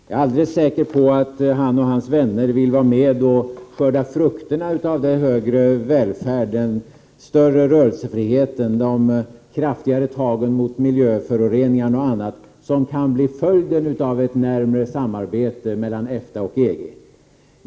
Jag är helt säker på att han och hans vänner vill vara med och skörda frukterna av det större välståndet, den större rörelsefriheten, de kraftigare tagen mot miljöföroreningarna och annat som kan bli följden av ett närmare samarbete mellan EFTA och EG.